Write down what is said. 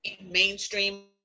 mainstream